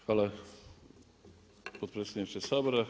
Hvala potpredsjedniče Sabora.